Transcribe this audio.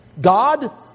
God